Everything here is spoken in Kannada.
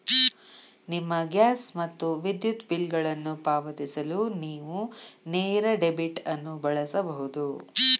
ನಿಮ್ಮ ಗ್ಯಾಸ್ ಮತ್ತು ವಿದ್ಯುತ್ ಬಿಲ್ಗಳನ್ನು ಪಾವತಿಸಲು ನೇವು ನೇರ ಡೆಬಿಟ್ ಅನ್ನು ಬಳಸಬಹುದು